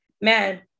man